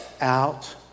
out